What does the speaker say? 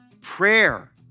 Prayer